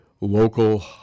local